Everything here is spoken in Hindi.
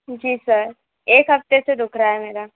जी सर एक हफ़्ते से दुख रहा है मेरा